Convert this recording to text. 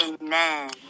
Amen